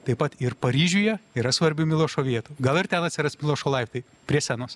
taip pat ir paryžiuje yra svarbių milošo vietų gal ir ten atsiras milošo laiptai prie senos